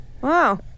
Wow